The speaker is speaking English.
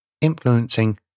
influencing